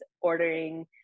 ordering